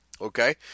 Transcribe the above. okay